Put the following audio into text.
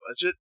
budget